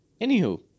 Anywho